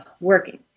working